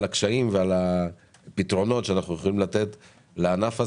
הקשיים ועל הפתרונות שאנחנו יכולים לתת לענף הזה,